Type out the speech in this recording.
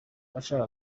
abashaka